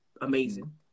amazing